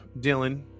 Dylan